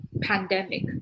pandemic